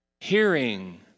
hearing